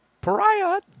Pariah